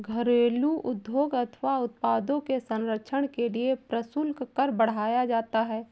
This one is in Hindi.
घरेलू उद्योग अथवा उत्पादों के संरक्षण के लिए प्रशुल्क कर बढ़ाया जाता है